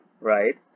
Right